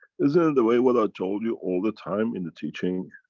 isn't it the way when i told you all the time in the teaching.